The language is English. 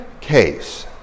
case